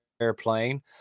airplane